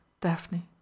Daphne